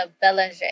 Belanger